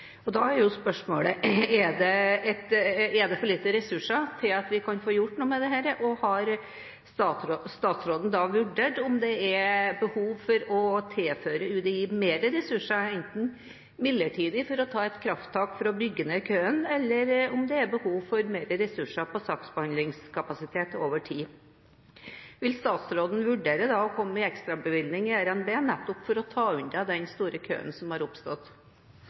Da er spørsmålene: Er det for få ressurser til at vi kan få gjort noe med dette? Har statsråden vurdert enten om det er behov for å tilføre UDI flere ressurser midlertidig – for å ta et krafttak for å bygge ned køen – eller om det er behov for flere ressurser til saksbehandlingskapasitet over tid? Vil statsråden vurdere å komme med en ekstrabevilgning i forbindelse med RNB, nettopp for å ta unna den store køen som har oppstått?